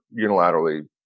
unilaterally